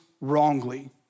wrongly